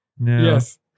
Yes